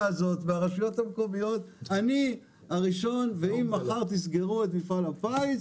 הזו מהרשויות המקומיות ואם מחר תסגרו את מפעל הפיס,